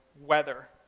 weather